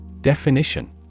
Definition